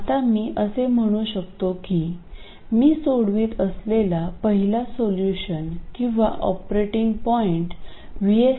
आता मी असे म्हणू शकतो की मी सोडवित असलेला पहिला सोल्यूशन किंवा ऑपरेटिंग पॉईंट VS VS0 आहे